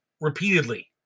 repeatedly